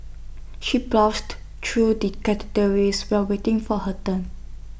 she browsed through the categories while waiting for her turn